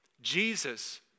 Jesus